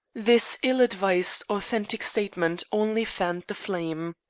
this ill-advised authentic statement only fanned the flame.